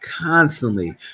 constantly